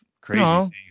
crazy